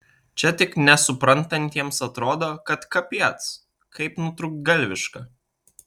čia tik nesuprantantiems atrodo kad kapiec kaip nutrūktgalviška